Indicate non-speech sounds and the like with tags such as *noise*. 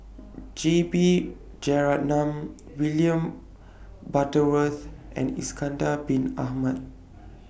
J B Jeyaretnam William Butterworth and *unintelligible* Bin Ahmad